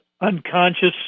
unconscious